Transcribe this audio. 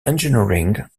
engineering